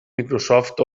microsoft